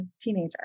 teenager